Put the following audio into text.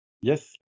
Yes